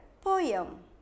poem